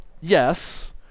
Yes